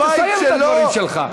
תסיים את הדברים שלך.